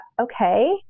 okay